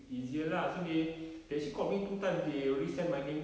easier lah so they they actually called me two times they already sent my name